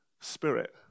Spirit